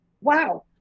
wow